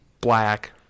black